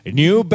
new